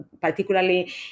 particularly